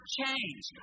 change